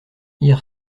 hier